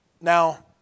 Now